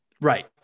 Right